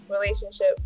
relationship